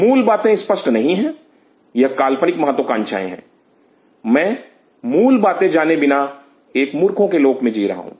मूल बातें स्पष्ट नहीं है यह काल्पनिक महत्वाकांक्षाएं है मैं मूल Refer Time 0817 बातें जाने बिना एक मूर्खों के लोक में जी रहा हूं